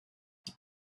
her